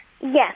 yes